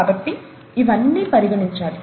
కాబట్టి ఇవన్నీ పరిగణించాలి